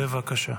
בבקשה.